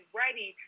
ready